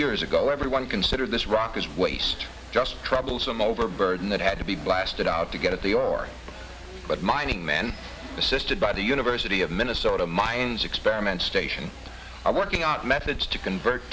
years ago everyone considered this rock as waste just troublesome overburden that had to be blasted out to get the or but mining men assisted by the university of minnesota mines experiment station i working out methods to convert